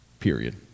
period